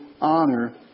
honor